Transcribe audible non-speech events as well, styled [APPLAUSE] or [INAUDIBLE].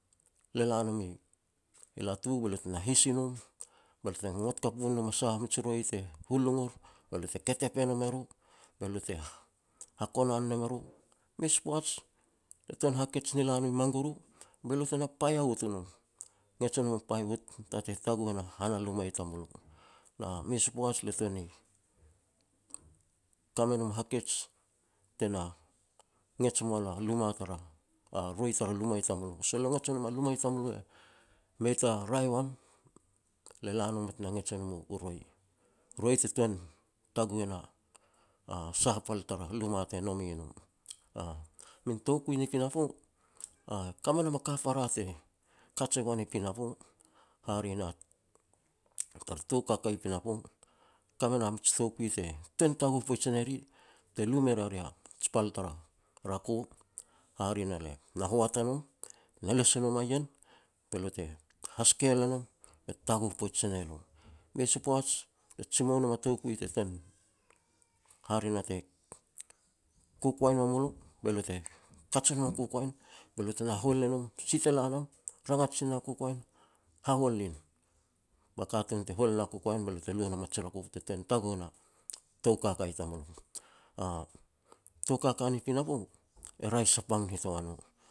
la nom i latu be lo tena his i nom, be lo te ngot kapu ne nom sah miji roi te hulung ur, be lo te ketep e nom e ru, hakonan ne mum e ru. Mes u poaj le tuan ni hakej ni la mom i manguru, be lo tena paiawut u nom, ngets nom paiawut, tatei taguh e na han a luma i tamulo. Na mes u poaj le tuan ni ka me nom hakej tena ngets moa lo a luma tara, [HESITATION] roi tara luma tamulo. Sol e lo ngots e nom a luma tamulo e mei ta raeh wam, le la nom bet na ngets e nom u roi. Roi te tuan taguh e na a sah a pal tara luma te nome no. [HESITATION] Min toukui ni pinapo, ka me nam a ka para te kaj e goan i pinapo, hare na, tara tou kaka i pinapo. Ka me na mij toukui te tuan taguh poij e ne ri te lu me ria ri ji pal tara rako, hare na le na hoat a nom, na les e nom a ien, be lo te ha skel e nom, bet taguh poij se ne lo. Mes u poaj le jimou nom a toukui te ten hare na te, kokoen ua mu lo, be lo te kaj e nom a kokoen, be lo tena hahual ne nom. Si te la nam rangat sil na kokoen, hahual nin, ba katun te hual na kokoen be lo te lui nom a ji rako be te ten taguh na tou kaka i tamulo. A tou kaka ni pinapo e raeh sapang nitoa no.